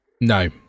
No